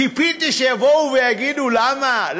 ציפיתי שיבואו ויגידו למה לא,